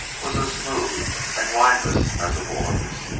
was as smooth and lineless as a boy's.